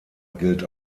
gilt